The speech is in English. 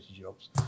jobs